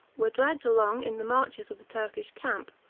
were dragged along in the marches of the turkish camp,